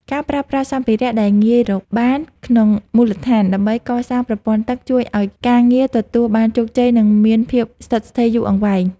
ការប្រើប្រាស់សម្ភារៈដែលងាយរកបានក្នុងមូលដ្ឋានដើម្បីកសាងប្រព័ន្ធទឹកជួយឱ្យការងារទទួលបានជោគជ័យ និងមានភាពស្ថិតស្ថេរយូរអង្វែង។